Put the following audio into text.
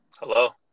Hello